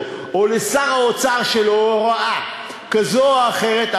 או לשר האוצר שלו הוראה כזאת או אחרת,